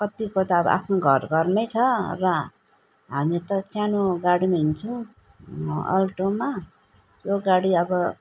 कतिको त अब आफ्नो घर घरमै छ र हामी त सानो गाडीमा हिँड्छौँ अल्टोमा त्यो गाडी अब